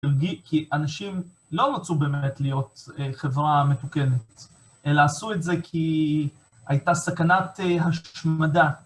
כי אנשים לא רצו באמת להיות חברה מתוקנת, אלא עשו את זה כי הייתה סכנת השמדה.